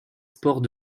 spores